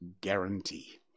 guarantee